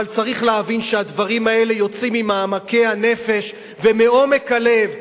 אבל צריך להבין שהדברים האלה יוצאים ממעמקי הנפש ומעומק הלב,